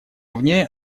вне